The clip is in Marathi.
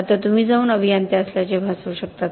आता तुम्ही जाऊन अभियंता असल्याचे भासवू शकता